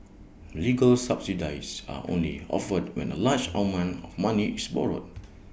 legal subsidies are only offered when A large amount of money is borrowed